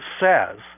says